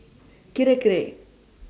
Kirei Kirei